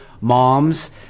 moms